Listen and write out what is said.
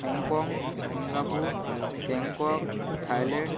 Hong Kong Singapore Bangkok Thailand